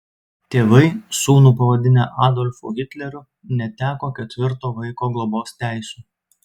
tėvai sūnų pavadinę adolfu hitleriu neteko ketvirto vaiko globos teisių